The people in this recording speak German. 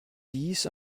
dies